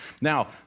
Now